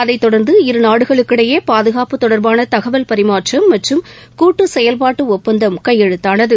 அதைத் தொடர்ந்து இரு நாடுகளுக்கிடையே பாதுகாப்பு தொடர்பான தகவல் பரிமாற்றம் மற்றும் கூட்டு செயல்பாட்டு ஒப்பந்தம் கையெழுத்தானது